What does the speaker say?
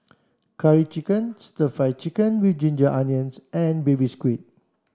curry chicken stir fry chicken with ginger onions and baby squid